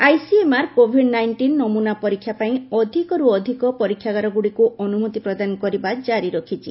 ICMR COVID nineteen ନମୁନା ପରୀକ୍ଷା ପାଇଁ ଅଧିକରୁ ଅଧିକ ପରୀକ୍ଷାଗାରଗୁଡ଼ିକୁ ଅନୁମତି ପ୍ରଦାନ କରିବା ଜାରି ରଖିଛି